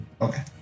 Okay